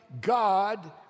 God